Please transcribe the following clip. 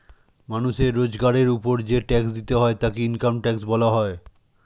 মানুষের রোজগারের উপর যেই ট্যাক্স দিতে হয় তাকে ইনকাম ট্যাক্স বলা হয়